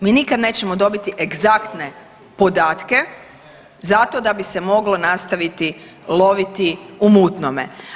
Mi nikad nećemo dobiti egzaktne podatke zato da bi se moglo nastaviti u mutnome.